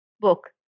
book